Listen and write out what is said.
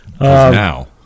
now